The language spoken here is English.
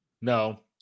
No